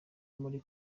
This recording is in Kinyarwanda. muri